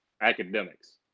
academics